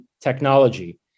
technology